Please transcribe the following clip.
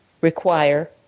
require